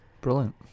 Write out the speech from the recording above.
Brilliant